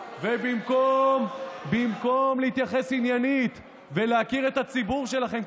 במקום להתייחס עניינית ולהכיר את הציבור שלכם,